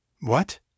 What